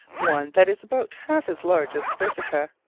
one that is about half as large as corsica.